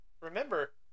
remember